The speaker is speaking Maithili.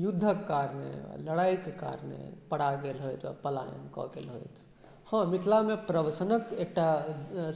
युद्धके कारणे लड़ाइके कारणे परा गेल होथि या पलायन कऽ गेल होथि हँ मिथिलामे प्रवसनक एकटा